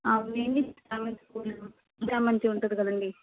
అవినీ చామంతి పూలు ముద్ద చామంతి ఉంటుంది కదండీ